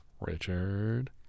Richard